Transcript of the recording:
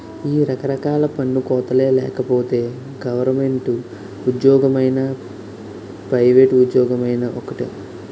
ఈ రకరకాల పన్ను కోతలే లేకపోతే గవరమెంటు ఉజ్జోగమైనా పైవేట్ ఉజ్జోగమైనా ఒక్కటే